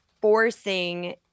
forcing